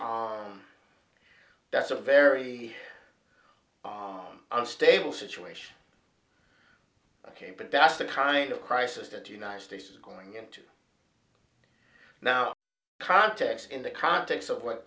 are that's a very on unstable situation ok but that's the kind of crisis the united states is going into now context in the context of what